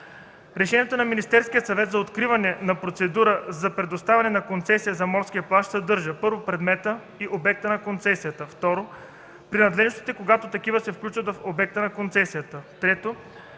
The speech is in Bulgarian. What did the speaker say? Решението на Министерския съвет за откриване на процедура за предоставяне на концесия за морски плаж съдържа: 1. предмета и обекта на концесията; 2. принадлежностите – когато такива се включват в обекта на концесията; 3.